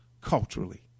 culturally